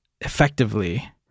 effectively